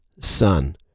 son